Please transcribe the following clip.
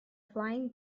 flying